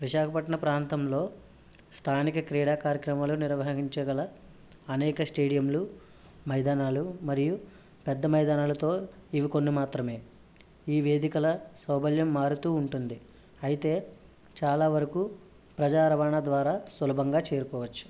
విశాఖపట్నం ప్రాంతంలో స్థానిక క్రీడా కార్యక్రమాలు నిర్వహించగల అనేక స్టేడియంలు మైదానాలు మరియు పెద్ద మైదానాలతో ఇవి కొన్ని మాత్రమే ఈ వేదికల సౌబల్యం మారుతూ ఉంటుంది అయితే చాలావరకు ప్రజా రవాణా ద్వారా సులభంగా చేరుకోవచ్చు